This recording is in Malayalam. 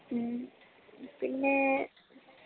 മ്മ് പിന്നെ